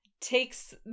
takes